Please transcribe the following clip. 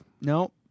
No